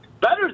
better